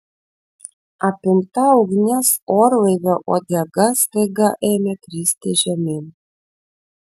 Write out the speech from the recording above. apimta ugnies orlaivio uodega staiga ėmė kristi žemyn